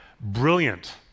Brilliant